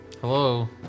Hello